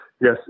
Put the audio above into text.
Yes